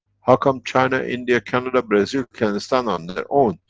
how come china, india, canada, brazil, can stand on their own?